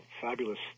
fabulous